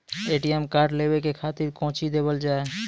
ATM card लेवे के खातिर कौंची देवल जाए?